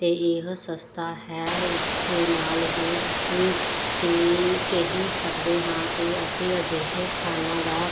ਅਤੇ ਇਹ ਸਸਤਾ ਹੈ ਇਸਦੇ ਨਾਲ ਹੀ ਅਸੀਂ ਕਿ ਕਹਿ ਸਕਦੇ ਹਾਂ ਕਿ ਅਸੀਂ ਅਜਿਹੇ ਸਾਧਨਾਂ ਦਾ